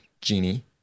genie